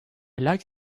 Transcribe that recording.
like